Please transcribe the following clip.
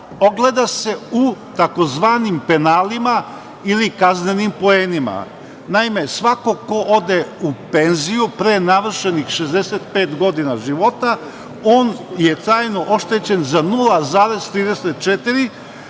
Ogleda se u tzv. penalima ili kaznenim poenima. Naime, svako ko ode u penziju pre navršenih 65 godina života, on je trajno oštećen za 0,34 zbog